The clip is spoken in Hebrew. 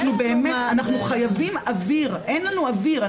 אנחנו חייבים אוויר, אין לנו אוויר.